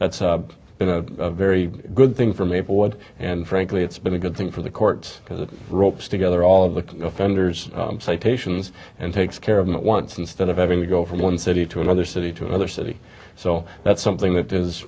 that's been a very good thing from a board and frankly it's been a good thing for the courts because it rope's together all of the offenders citations and takes care of them once instead of having to go from one city to another city to another city so that's something that is